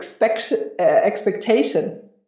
expectation